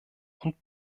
und